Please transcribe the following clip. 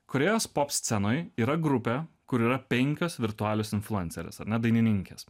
korėjos pop scenoj yra grupę kur yra penkios virtualios influencerės ar ne dainininkės